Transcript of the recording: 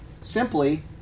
simply